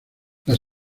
las